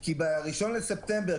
כי ב-1 בספטמבר,